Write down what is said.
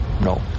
no